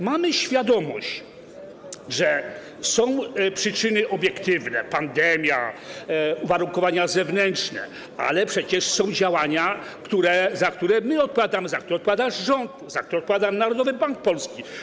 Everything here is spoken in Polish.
Mamy świadomość, że są przyczyny obiektywne: pandemia, uwarunkowania zewnętrzne, ale przecież są działania, za które my odpowiadamy, za które odpowiada rząd, za które odpowiada Narodowy Bank Polski.